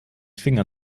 finger